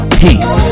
peace